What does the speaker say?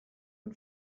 and